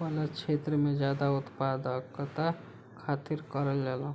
वाला छेत्र में जादा उत्पादकता खातिर करल जाला